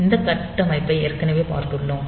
இந்த கட்டமைப்பை ஏற்கனவே பார்த்திள்ளோம்